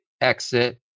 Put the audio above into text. exit